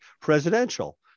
presidential